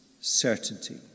certainty